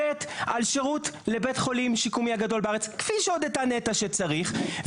ב' על שירות לבית חולים שיקומי הגדול בארץ כפי שהודתה נת"ע שצריך,